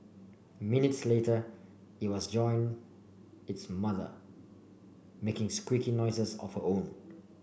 minutes later it was joined its mother making squeaky noises of her own